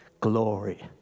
glory